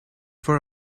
for